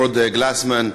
Lord Glasman,